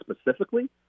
specifically